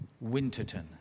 Winterton